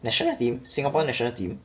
national team singapore national team